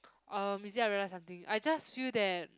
uh is it I realise something I just feel that